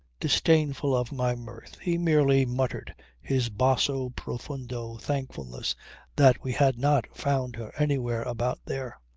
disdainful of my mirth he merely muttered his basso-profundo thankfulness that we had not found her anywhere about there.